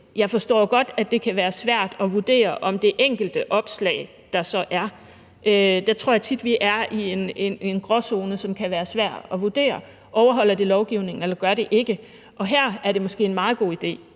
jeg forstår godt, at det kan være svært at foretage en vurdering af det enkelte opslag. Der tror jeg tit, vi er i en gråzone, hvor det kan være svært at vurdere, om det overholder lovgivningen eller ej, og her er det måske en meget god idé,